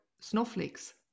snowflakes